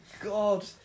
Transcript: God